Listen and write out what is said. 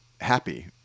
happy